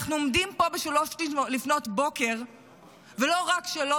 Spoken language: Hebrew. אנחנו עומדים פה ב-03:00 ולא רק שלא